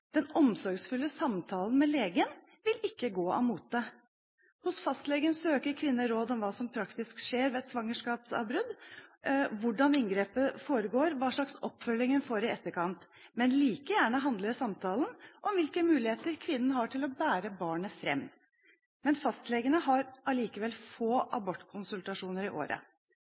den omsorgsfulle samtalen med legen vil ikke gå av moten. Hos fastlegen søker kvinner råd om hva som praktisk skjer ved et svangerskapsavbrudd, hvordan inngrepet foregår, og hva slags oppfølging man får i etterkant. Men like gjerne handler samtalen om hvilke muligheter kvinnen har til å bære barnet fram. Fastlegene har allikevel få abortkonsultasjoner i året